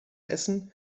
essen